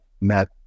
met